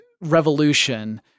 revolution